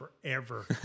forever